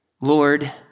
Lord